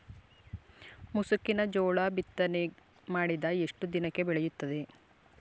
ಮುಸುಕಿನ ಜೋಳ ಬಿತ್ತನೆ ಮಾಡಿದ ಎಷ್ಟು ದಿನಕ್ಕೆ ಬೆಳೆಯುತ್ತದೆ?